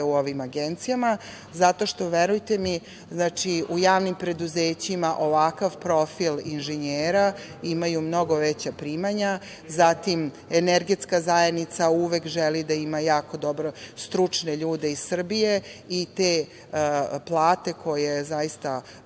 u ovim agencijama zato što, verujte mi, u javnim preduzećima ovakav profil inženjera imaju mnogo veća primanja. Zatim, energetska zajednica uvek želi da ima jako stručne ljude iz Srbije i te plate koje zaista